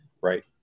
right